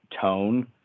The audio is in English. tone